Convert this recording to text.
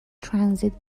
transit